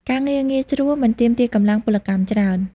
ការងារងាយស្រួល មិនទាមទារកម្លាំងពលកម្មច្រើន។